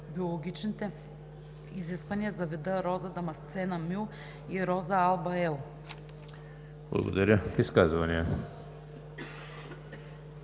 Благодаря.